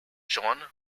john